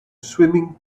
swimming